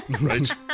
Right